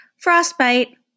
Frostbite